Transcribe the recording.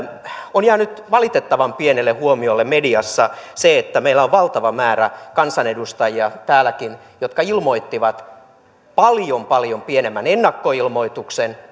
on jäänyt valitettavan pienelle huomiolle mediassa se että meillä on valtava määrä kansanedustajia täälläkin jotka ilmoittivat paljon paljon pienemmän ennakkoilmoituksen